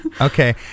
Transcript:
Okay